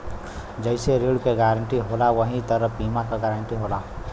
जइसे ऋण के गारंटी होला वही तरह बीमा क गारंटी होला